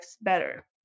better